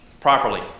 properly